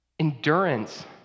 Endurance